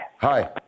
Hi